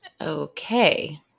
Okay